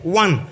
one